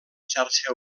xarxa